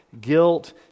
guilt